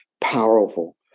powerful